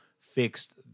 fixed